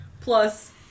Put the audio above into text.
plus